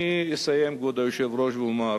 אני אסיים, כבוד היושב-ראש, ואומר